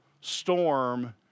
storm